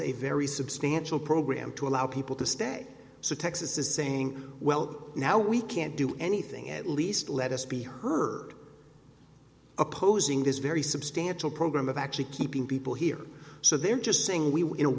a very substantial program to allow people to stay so texas is saying well now we can't do anything at least let us be heard opposing this very substantial program of actually keeping people here so they're just saying we were in a